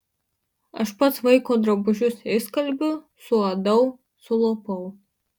aš pats vaiko drabužius išskalbiu suadau sulopau